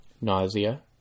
nausea